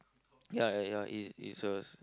ya ya ya it it's a